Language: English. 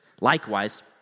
Likewise